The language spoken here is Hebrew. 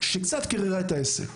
שקצת קיררה את העסק,